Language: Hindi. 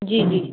जी जी